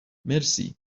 مرسی